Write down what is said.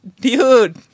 Dude